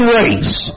race